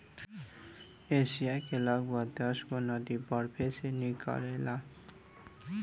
Asia के लगभग दसगो नदी बरफे से निकलेला